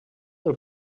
del